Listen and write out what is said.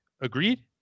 Agreed